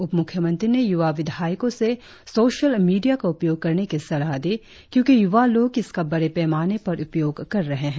उप मुख्यमंत्री ने युवा विधायको से सोशल मीडिया का उपयोग करने की सलाह दी क्योंकि युवा लोग इसका बड़े पैमाने पर उपयोग कर रहे है